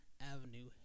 Avenue